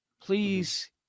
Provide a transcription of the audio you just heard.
Please